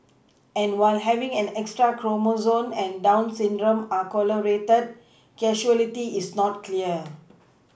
and while having an extra chromosome and down syndrome are correlated causality is not clear